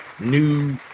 new